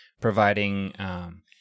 providing